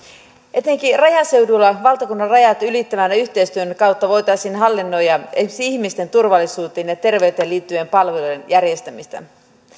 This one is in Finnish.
etenkin rajaseudulla valtakunnan rajat ylittävän yhteistyön kautta voitaisiin hallinnoida esimerkiksi ihmisten turvallisuuteen ja terveyteen liittyvien palvelujen järjestämistä